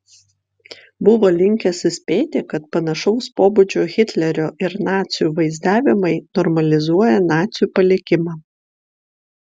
buvo linkęs įspėti kad panašaus pobūdžio hitlerio ir nacių vaizdavimai normalizuoja nacių palikimą